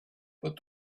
but